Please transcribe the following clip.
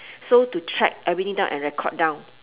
so to track everything down and record down